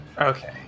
Okay